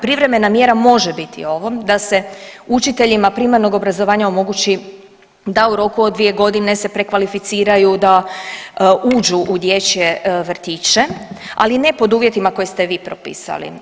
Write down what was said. Privremena mjera može biti ovo da se učiteljima primarnog obrazovanja omogući da u roku od 2 godine se prekvalificiraju, da uđu u dječje vrtiće, ali ne pod uvjetima koje ste vi propisali.